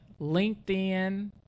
LinkedIn